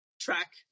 track